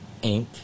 Inc